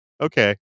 Okay